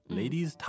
ladies